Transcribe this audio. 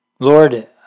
Lord